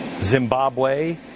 Zimbabwe